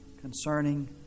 concerning